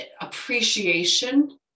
appreciation